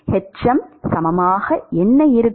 hm சமமாக என்ன இருக்கும்